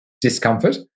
discomfort